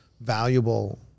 valuable